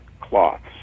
cloths